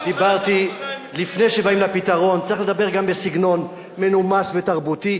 לפני שבאים לפתרון צריך לדבר גם בסגנון מנומס ותרבותי.